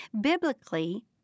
Biblically